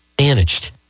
Managed